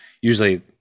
usually